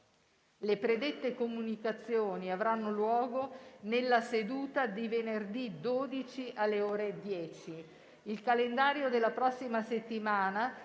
le predette comunicazioni avranno luogo nella seduta di venerdì 12, alle ore 10. Il calendario della prossima settimana